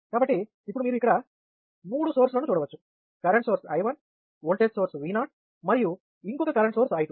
కాబట్టి ఇప్పుడు మీరు ఇక్కడ మూడు సోర్స్ లను చూడవచ్చు current source II voltage source V 0 మరియు ఇంకొక కరెంట్ సోర్స్ I2